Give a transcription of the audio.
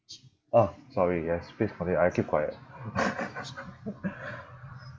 orh sorry yes please continue I keep quiet